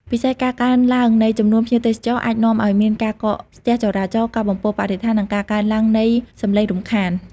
ពិសេស ការកើនឡើងនៃចំនួនភ្ញៀវទេសចរអាចនាំឱ្យមានការកកស្ទះចរាចរណ៍ ការបំពុលបរិស្ថាន និងការកើនឡើងនៃសំឡេងរំខាន។